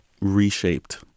reshaped